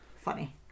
funny